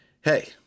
Hey